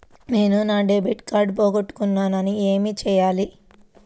నేను నా debit card పోగొట్టుకున్నాను ఏమి చేయాలి?